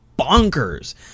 bonkers